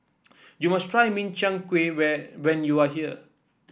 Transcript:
you must try Min Chiang Kueh when when you are here